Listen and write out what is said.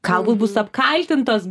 galbūt bus apkaltintos